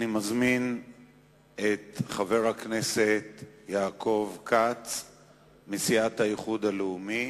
אני מזמין את חבר הכנסת יעקב כץ מסיעת האיחוד הלאומי,